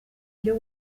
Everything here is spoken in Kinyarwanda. byo